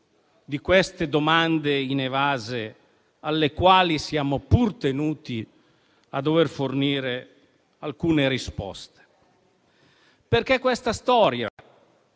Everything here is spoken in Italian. di queste domande inevase, alle quali siamo pur tenuti a fornire alcune risposte. Questa storia